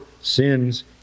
sins